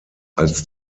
als